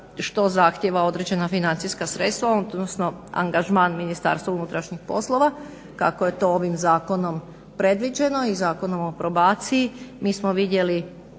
što zahtjeva određena financijska sredstva, odnosno angažman Ministarstva unutarnjih poslova kako je to ovim zakonom predviđeno i Zakonom o probaciji.